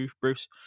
Bruce